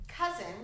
cousin